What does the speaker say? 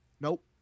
Nope